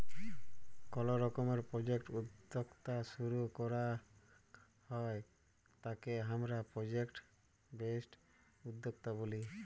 call রকমের project উদ্যক্তা শুরু করাক হ্যয় তাকে হামরা প্রজেক্ট বেসড উদ্যক্তা ব্যলি